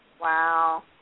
wow